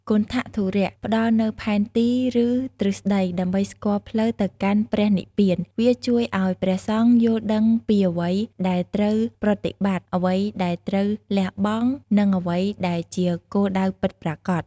គន្ថធុរៈ ផ្តល់នូវ ផែនទី ឬទ្រឹស្តី ដើម្បីស្គាល់ផ្លូវទៅកាន់ព្រះនិព្វាន វាជួយឱ្យព្រះសង្ឃយល់ដឹងពីអ្វីដែលត្រូវប្រតិបត្តិ អ្វីដែលត្រូវលះបង់ និងអ្វីដែលជាគោលដៅពិតប្រាកដ។